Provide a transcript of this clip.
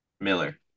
miller